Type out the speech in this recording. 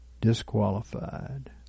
disqualified